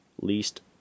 least